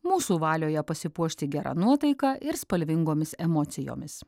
mūsų valioje pasipuošti gera nuotaika ir spalvingomis emocijomis